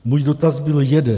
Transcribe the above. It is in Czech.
Můj dotaz byl jeden.